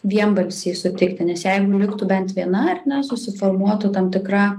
vienbalsiai sutikti nes jei liktų bent viena ar ne susiformuotų tam tikra